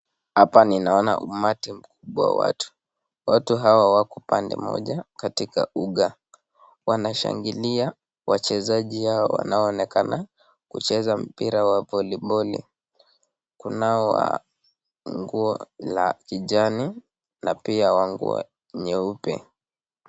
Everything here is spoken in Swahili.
hapa ninaona umati mkubwa wa watu, watu hawa wako upande moja wa uga wanashangilia wachezaji hawa wanaonekana wanacheza mpira wa voliboli , kunao wa nguo la kijani na pia wa nguo nyeupe.